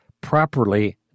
properly